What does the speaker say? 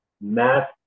math